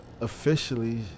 officially